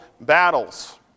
battles